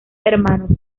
hermanos